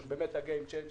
שזה באמת ה-Game Changer